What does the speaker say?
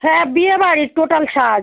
হ্যাঁ বিয়েবাড়ির টোটাল সাজ